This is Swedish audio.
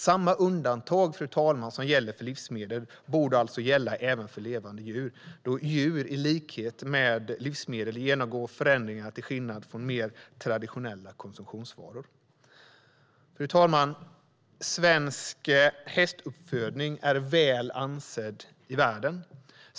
Samma undantag, fru talman, som gäller för livsmedel borde alltså gälla även för levande djur, då djur i likhet med livsmedel genomgår förändringar, till skillnad från mer traditionella konsumtionsvaror. Fru talman! Svensk hästuppfödning är väl ansedd i världen.